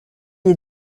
est